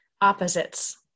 opposites